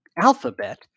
Alphabet